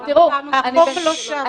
החוק לא שם.